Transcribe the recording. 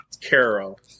Carol